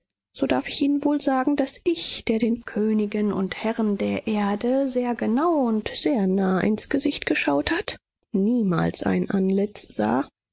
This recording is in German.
so darf ich ihnen wohl sagen daß ich der den königen und herren der erde sehr genau und sehr nah ins gesicht geschaut hat niemals ein antlitz sah